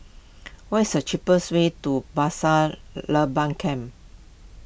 what is the cheapest way to Pasir Laba Camp